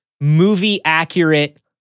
movie-accurate